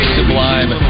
sublime